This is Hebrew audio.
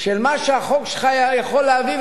של מה שהחוק שלך יכול להביא,